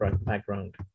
background